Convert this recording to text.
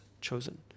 chosen